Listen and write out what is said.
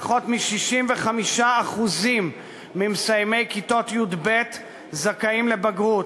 פחות מ-65% ממסיימי כיתות י"ב זכאים לבגרות,